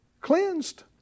cleansed